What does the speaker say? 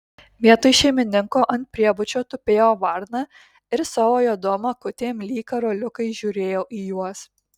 vietoj šeimininko ant priebučio tupėjo varna ir savo juodom akutėm lyg karoliukais žiūrėjo į juos